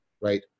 right